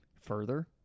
further